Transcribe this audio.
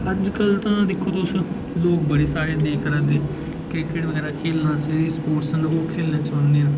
अजकल तां दिक्खो तुस ते लोक बड़े सारे नेईं करै दे क्रिकेट बगैरा खेढना असें ई स्पोर्टस न ओह् खेढना चाह्न्ने आं